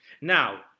Now